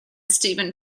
steve